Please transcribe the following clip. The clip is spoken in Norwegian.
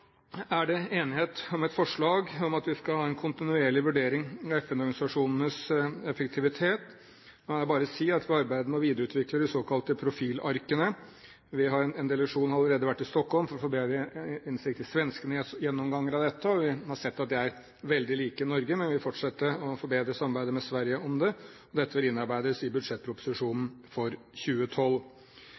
er det enighet om et forslag om at vi skal ha en kontinuerlig vurdering av FN-organisasjonenes effektivitet. Der vil jeg bare si at når det gjelder arbeidet med å videreutvikle de såkalte profilarkene, så har en delegasjon allerede vært i Stockholm for å få bedre innsikt i svenskenes gjennomgang av dette. Vi har sett at de er veldig like Norge, men vi vil fortsette med å forbedre samarbeidet med Sverige om det. Dette vil innarbeides i budsjettproposisjonen for 2012.